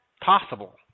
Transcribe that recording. possible